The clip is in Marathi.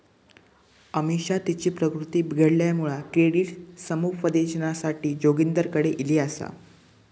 अमिषा तिची प्रकृती बिघडल्यामुळा क्रेडिट समुपदेशनासाठी जोगिंदरकडे ईली आसा